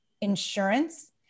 insurance